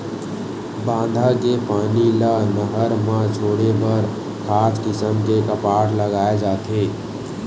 बांधा के पानी ल नहर म छोड़े बर खास किसम के कपाट लगाए जाथे